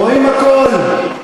רואים הכול.